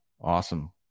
Awesome